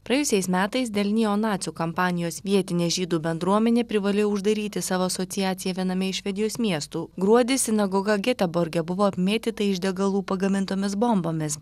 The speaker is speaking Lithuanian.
praėjusiais metais dėl nėonacių kampanijos vietinė žydų bendruomenė privalėjo uždaryti savo asociaciją viename iš švedijos miestų gruodį sinagoga geteborge buvo apmėtyta iš degalų pagamintomis bombomis